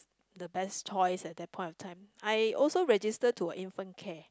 the best choice at that point of time I also register to a infant care